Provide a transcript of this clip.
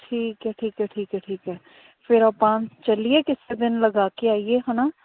ਠੀਕ ਹੈ ਠੀਕ ਹੈ ਠੀਕ ਹੈ ਠੀਕ ਹੈ ਫਿਰ ਆਪਾਂ ਚੱਲੀਏ ਕਿਸੇ ਦਿਨ ਲਗਾ ਕੇ ਆਈਏ ਹੈ ਨਾ